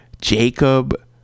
Jacob